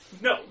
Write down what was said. No